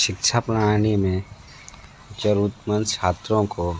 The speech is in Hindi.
शिक्षा प्रणाली में ज़रूरतमंद छात्रों को